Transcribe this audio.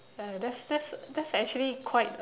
ya that that's that's actually quite a